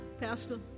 Pastor